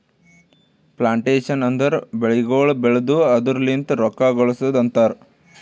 plantation ಅಂದುರ್ ಬೆಳಿಗೊಳ್ ಬೆಳ್ದು ಅದುರ್ ಲಿಂತ್ ರೊಕ್ಕ ಗಳಸದ್ ಅಂತರ್